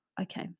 okay